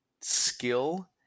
skill